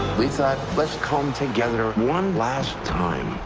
we thought let's come together one last time.